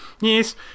Yes